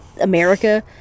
America